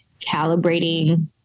calibrating